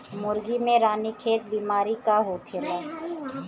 मुर्गी में रानीखेत बिमारी का होखेला?